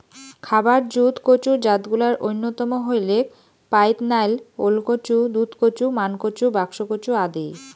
খাবার জুত কচুর জাতগুলার অইন্যতম হইলেক পাইদনাইল, ওলকচু, দুধকচু, মানকচু, বাক্সকচু আদি